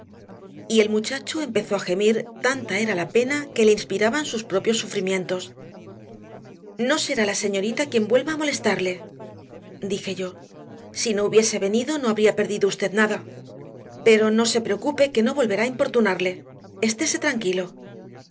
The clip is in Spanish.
el muchacho empezó a gemir tanta era la pena que le inspiraban sus propios sufrimientos no será la señorita quien vuelva a molestarle dije yo si no hubiese venido no habría perdido usted nada pero no se preocupe que no volverá a importunarle estese tranquilo